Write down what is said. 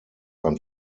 ein